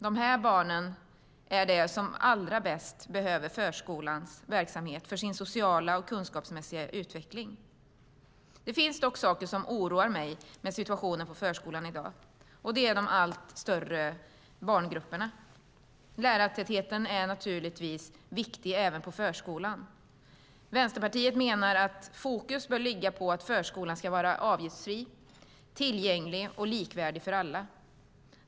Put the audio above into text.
Dessa barn är de som allra bäst behöver förskolans verksamhet för sin sociala och kunskapsmässiga utveckling. Det finns dock saker som oroar mig med situationen på förskolan i dag. Det är de allt större barngrupperna. Lärartätheten är naturligtvis viktig även på förskolan. Vänsterpartiet menar att fokus bör ligga på att förskolan ska vara avgiftsfri, tillgänglig och likvärdig för alla.